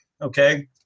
okay